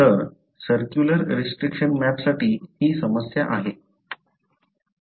तर circular restriction मॅपसाठी ही समस्या आहे